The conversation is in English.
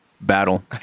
battle